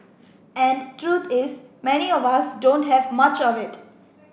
and truth is many of us don't have much of it